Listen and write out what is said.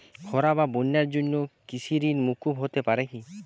খরা বা বন্যার জন্য কৃষিঋণ মূকুপ হতে পারে কি?